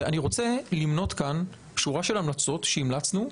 אני רוצה למנות כאן שורה של המלצות שהמלצנו,